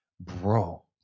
Bro